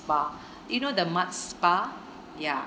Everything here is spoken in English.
bath you know the mud spa ya